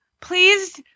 Please